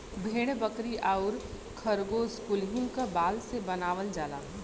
भेड़ बकरी आउर खरगोस कुलहीन क बाल से बनावल जाला